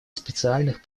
специальных